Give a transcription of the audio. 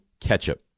ketchup